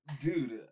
Dude